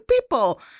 people